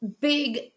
big